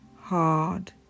hard